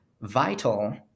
Vital